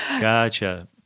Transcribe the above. Gotcha